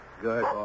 Good